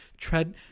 tread